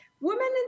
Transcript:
Women